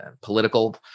political